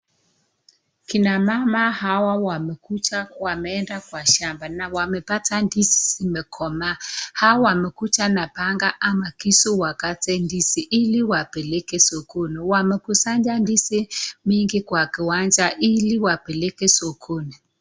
Kina mama hawa wamekuja wameenda kwa shamba na wamepata ndizi zimekomaa hawa wamekuja na panga ama kisu, ili wapeleke sokoni, wamekusanya ndizi kwa kiwanja ili wapeleke sokoni.